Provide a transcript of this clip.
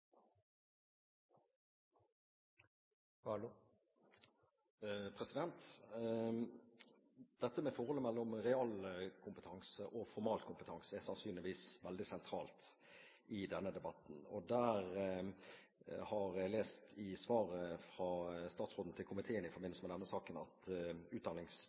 sannsynligvis veldig sentralt i denne debatten. Jeg har lest i svaret fra statsråden til komiteen i forbindelse med denne saken at